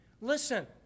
Listen